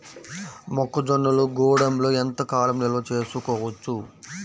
మొక్క జొన్నలు గూడంలో ఎంత కాలం నిల్వ చేసుకోవచ్చు?